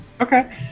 Okay